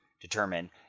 determine